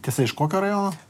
tiesa iš kokio rajono